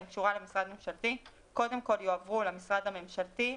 קשורה למשרד ממשלתי קודם כל יועברו למשרד הממשלתי,